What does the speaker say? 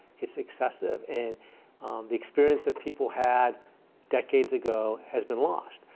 it's excessive. and the experience that people had decades ago has been lost.